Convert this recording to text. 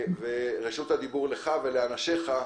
רשות הדיבור לך ולאנשיך,